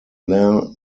moulin